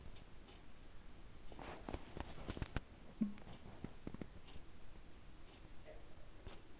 मैंने ग्रेजुएशन किया है मुझे अपनी समस्त मार्कशीट जमा करके मुझे ऋण प्राप्त हो सकता है?